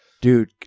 Dude